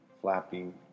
flapping